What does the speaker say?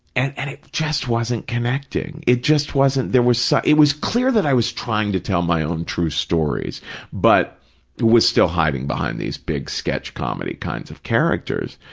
and and it just wasn't connecting. it just wasn't, there was, so it was clear that i was trying to tell my own true stories but was still hiding behind these big sketch comedy kinds of characters.